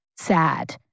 sad